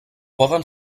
poden